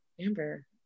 Amber